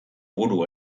buru